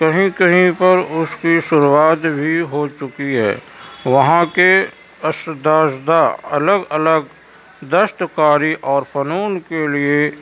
کہیں کہیں پر اس کی شروعات بھی ہو چکی ہے وہاں کے اساتذہ الگ الگ دستکاری اور فنون کے لیے